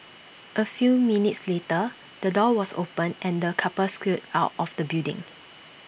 A few minutes later the door was opened and the couple scurried out of the building